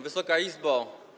Wysoka Izbo!